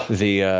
the